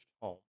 home